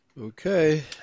Okay